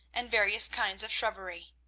and various kinds of shrubbery.